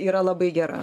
yra labai gera